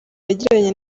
yagiranye